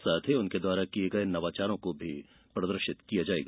साथ ही उनके द्वारा किए गए नवाचारों को भी प्रदर्शित किया जाएगा